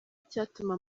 icyatuma